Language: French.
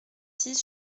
six